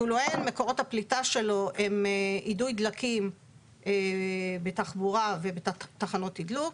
טולואן מקורות הפליטה שלו הם אידוי דלקים בתחבורה ובתחנות תדלוק,